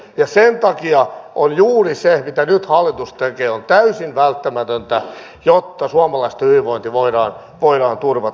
ja sen takia juuri se mitä nyt hallitus tekee on täysin välttämätöntä jotta suomalaisten hyvinvointi voidaan turvata